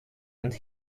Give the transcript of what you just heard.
and